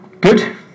Good